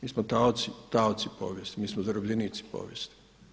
Mi smo taoci povijesti, mi smo zarobljenici povijesti.